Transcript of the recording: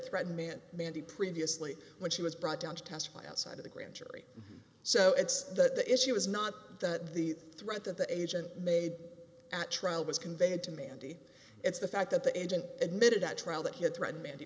threatened man mandi previously when she was brought down to testify outside of the grand jury so it's that the issue is not that the threat that the agent made at trial was conveyed to mandy it's the fact that the agent admitted at trial that he had threatened mandy